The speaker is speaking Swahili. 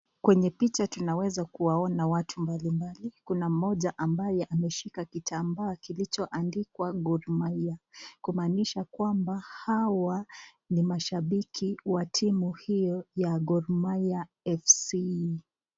Kwenye picha tunaweza kuwaona watu mbalimbali, kuna mmoja ambaye ameshika kitambaa kilichoandikwa Gormahia kumanisha kwamba hawa ni mashabiki ya timu hiyo ya Gormahia FC.